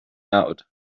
out